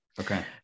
Okay